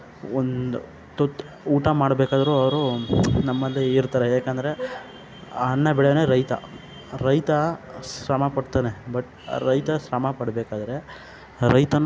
ಒಂದು ತುತ್ತು ಊಟ ಮಾಡಬೇಕಾದ್ರು ಅವರು ನಮ್ಮಲ್ಲಿ ಇರ್ತಾರೆ ಯಾಕಂದರೆ ಅನ್ನ ಬೆಳೆಯೋನೆ ರೈತ ರೈತ ಶ್ರಮ ಪಡ್ತಾನೆ ಬಟ್ ರೈತ ಶ್ರಮ ಪಡಬೇಕಾದ್ರೆ ರೈತನು